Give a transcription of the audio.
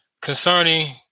concerning